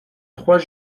trois